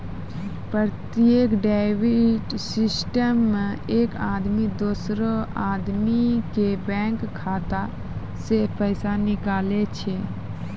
प्रत्यक्ष debit system मे एक आदमी दोसरो आदमी के बैंक खाता से पैसा निकाले छै